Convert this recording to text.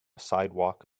sidewalk